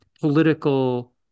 political